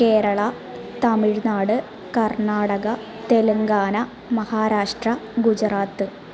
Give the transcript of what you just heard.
Kerala Tamil Nadu Karnataka Telangana Maharashtra Gujarat